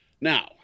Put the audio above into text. Now